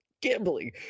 gambling